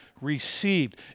received